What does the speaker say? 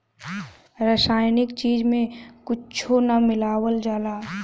रासायनिक चीज में कुच्छो ना मिलावल जाला